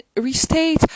restate